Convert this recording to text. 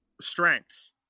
strengths